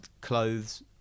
clothes